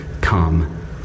come